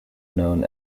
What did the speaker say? known